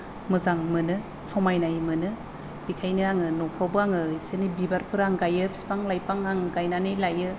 मोजां मोनो समायनाय मोनो बेखायनो आङो न'फ्रावबो आङो इसे एनै बिबारफोर आं गायो बिफां लाइफां आं गायनानै लायो